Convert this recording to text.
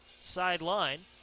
sideline